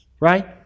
right